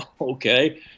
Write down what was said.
Okay